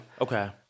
Okay